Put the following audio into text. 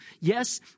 Yes